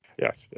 Yes